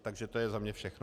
Takže to je za mě všechno.